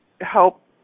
help –